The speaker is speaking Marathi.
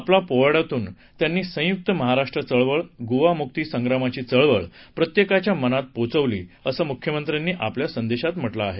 आपल्या पोवाड़्यातून त्यांनी संयुक्त महाराष्ट्र चळवळ गोवा मुक्ती संग्रामाची चळवळ प्रत्येकाच्या मनात पोचवली असं मुख्यमंत्र्यांनी आपल्या संदेशात म्हटलं आहे